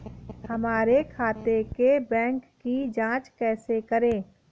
हमारे खाते के बैंक की जाँच कैसे करें?